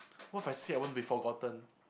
what if I say I want to be forgotten